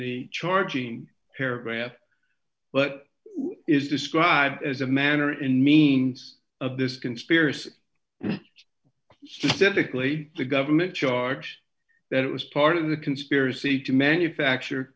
the charging paragraph but is described as a manner in means of this conspiracy specifically the government charge that it was part of the conspiracy to manufacture